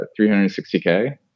360K